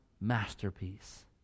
masterpiece